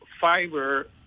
fiber